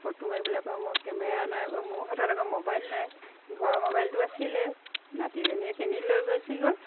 photo মাৰিবলৈ আকৌ মই কেমেৰা নাই ও মোৰ হাতত আকৌ মোবাইল নাই ঘৰৰ মোবাইলটো আছিলে নাতি জনীয়ে কেনি লৈ গুচি গ'ল